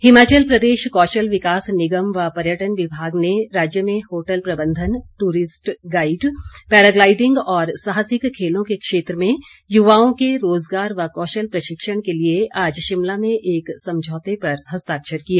MOU Himachal Pradesh कौशल विकास निगम व पर्यटन विभाग ने राज्य में होटल प्रबंधन टूरिस्ट गाईड पैराग्लाईडिंग और साहसिक खेलों के क्षेत्र में युवाओं के रोजगार व कौशल प्रशिक्षण के लिए आज शिमला में एक समझौते पर हस्ताक्षर किए